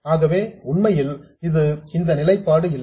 ஆகவே உண்மையில் இதில் இந்த நிலைப்பாடு இல்லை